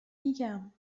میگم